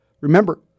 Remember